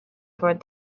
toward